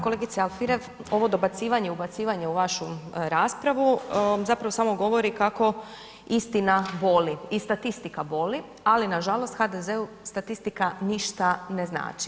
Kolegice Alfirev, ovo dobacivanje, ubacivanje u vašu raspravu zapravo samo govori kako istina boli, i statistika boli, ali nažalost HDZ-u statistika ništa ne znači.